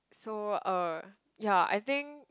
so uh ya I think